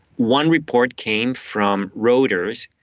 one report came from reuters.